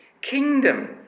kingdom